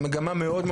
זו מגמה מאוד,